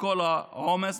בכל העומס.